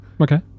Okay